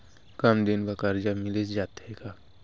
कम दिन बर करजा मिलिस जाथे का?